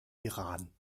iran